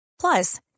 Plus